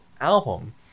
album